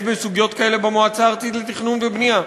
בסוגיות כאלה במועצה הארצית לתכנון ובנייה.